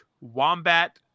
Wombat